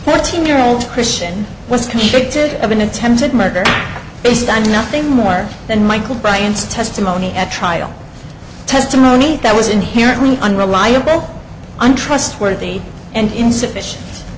fourteen year old christian was convicted of an attempted murder based on nothing more than michael bryant's testimony at trial testimony that was inherently unreliable untrustworthy and insufficient